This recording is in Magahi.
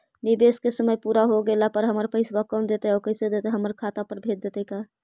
निवेश के समय पुरा हो गेला पर हमर पैसबा कोन देतै और कैसे देतै खाता पर भेजतै का?